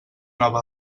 nova